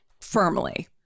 firmly